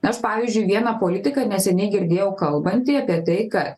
aš pavyzdžiui vieną politiką neseniai girdėjau kalbantį apie tai kad